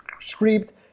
script